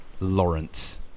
Lawrence